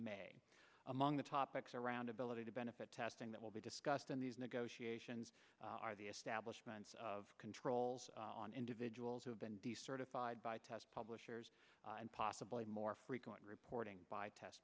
may among the topics around ability to benefit testing that will be discussed in these negotiations are the establishments of controls on individuals who have been decertified by test publishers and possibly more frequent reporting by test